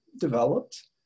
developed